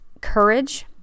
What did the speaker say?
Courage